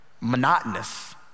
monotonous